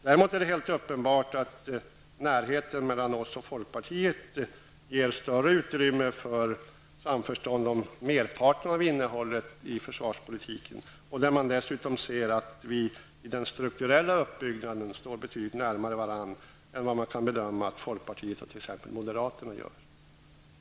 Däremot är det helt uppenbart att närheten mellan oss och folkpartiet ger större utrymme för samförstånd om merparten av innehållet i försvarspolitiken. Man ser dessutom att vi i den strukturella uppbyggnaden står betydligt närmare varandra än vad man kan bedöma att folkpartiet och t.ex. moderaterna gör.